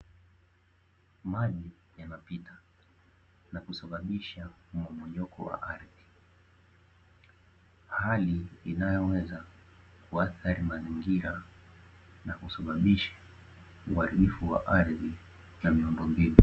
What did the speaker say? Maji yanapita na kusababsha mmomonyoko wa ardhi, hali inayoweza kuathiri mazingira na kusababisha uharibifu wa ardhi na miundombinu.